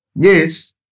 Yes